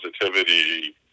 positivity